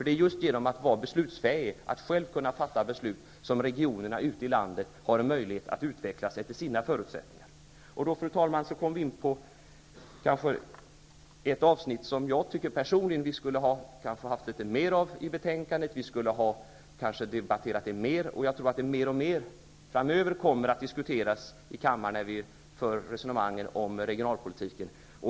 Det är just genom att själv kunna fatta beslut, att vara beslutsfähig, som regionerna ute i landet har en möjlighet att utvecklas efter sina egna förutsättningar. Fru talman! Nu kommer jag in på ett avsnitt som jag personligen tycker att vi skulle ha utvecklat litet mer i betänkandet och debatterat litet mer, nämligen regionernas Europa. Jag tror att regionens betydelse mer och mer framöver kommer att debatteras i kammaren när vi för diskussioner om regionalpolitik.